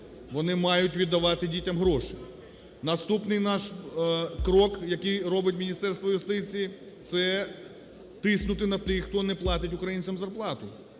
вони мають віддавати дітям гроші. Наступний наш крок, який робить Міністерство юстиції, – це тиснути на тих, хто не платить українцям зарплату